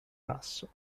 basso